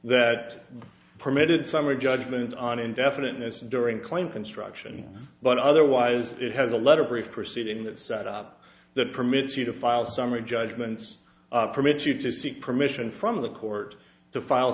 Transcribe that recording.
that permitted summary judgment on indefiniteness during claim construction but otherwise it has a letter brief proceed in that set up that permits you to file summary judgments permits you to seek permission from the court to file